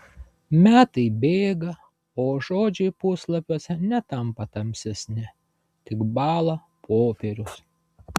metai bėga o žodžiai puslapiuose netampa tamsesni tik bąla popierius